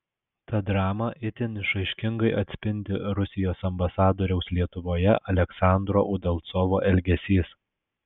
tą dramą itin išraiškingai atspindi rusijos ambasadoriaus lietuvoje aleksandro udalcovo elgesys